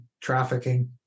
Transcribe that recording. trafficking